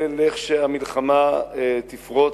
ואיך שהמלחמה תפרוץ,